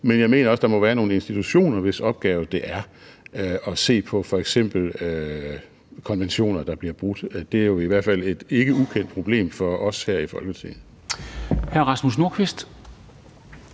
men jeg mener også, at der må være nogle institutioner, hvis opgave det er at se på f.eks. konventioner, der bliver brudt. Det er jo i hvert fald et ikke ukendt problem for os her i Folketinget.